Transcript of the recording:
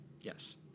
Yes